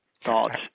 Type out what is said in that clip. Thoughts